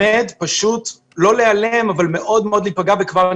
אם קוראים לזה חוג אתם תדבקו.